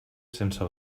sense